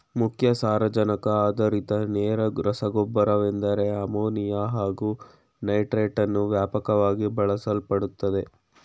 ಮುಖ್ಯ ಸಾರಜನಕ ಆಧಾರಿತ ನೇರ ರಸಗೊಬ್ಬರವೆಂದರೆ ಅಮೋನಿಯಾ ಹಾಗು ನೈಟ್ರೇಟನ್ನು ವ್ಯಾಪಕವಾಗಿ ಬಳಸಲ್ಪಡುತ್ತದೆ